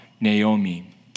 Naomi